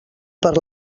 per